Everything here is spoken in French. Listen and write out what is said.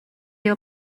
les